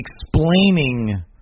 explaining